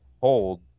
hold